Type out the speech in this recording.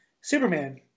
Superman